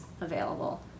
available